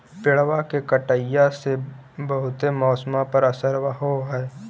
पेड़बा के कटईया से से बहुते मौसमा पर असरबा हो है?